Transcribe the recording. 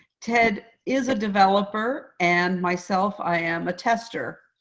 ted is a developer, and myself, i am a tester,